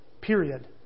period